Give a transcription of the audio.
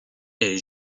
est